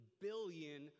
billion